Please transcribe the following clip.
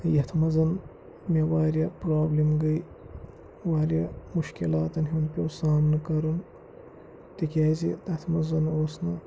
یَتھ منٛز مےٚ وارِیاہ پرٛابلِم گٔے وارِیاہ مُشکِلاتَن ہُنٛد پیوٚو سامنہٕ کَرُن تِکیٛازِ تَتھ منٛز اوس نہٕ